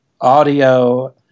audio